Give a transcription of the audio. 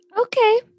Okay